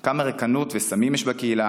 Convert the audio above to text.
כמה ריקנות וסמים יש בקהילה,